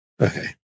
okay